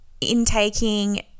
intaking